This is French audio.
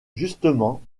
justement